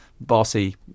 bossy